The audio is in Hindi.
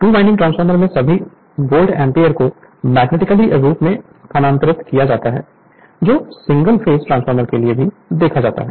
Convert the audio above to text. टू वाइंडिंग ट्रांसफार्मर में सभी वोल्ट एम्पीयर को मैग्नेटिकली रूप से स्थानांतरित किया जाता है जो सिंगल फेस ट्रांसफार्मर के लिए भी देखा जाता है